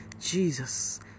Jesus